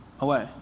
away